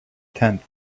tenth